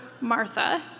Martha